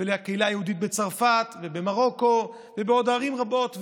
ולקהילה היהודית בצרפת ובמרוקו ולעוד ערים רבות,